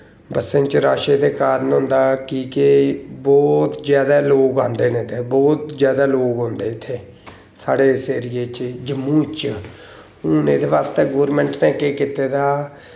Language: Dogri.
बस्सें बिच्च रश दे कारण होंदे कि केह् बौह्त जादै लोक आंदे न इत्थै बौह्त जादै लोक औंदे इत्थै साढ़े इस एरिये च जम्मू च हून एह्दे बास्ते गौरमैंट ने केह् कीते दा